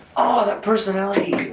all that personality.